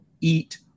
eat